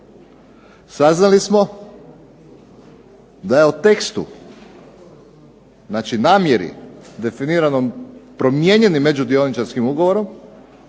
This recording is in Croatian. Saznali smo da je u tekstu, znači namjeri definiranom promijenjeni među dioničarskim ugovorom